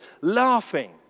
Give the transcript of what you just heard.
laughing